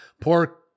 poor